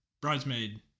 bridesmaid